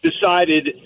decided